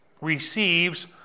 receives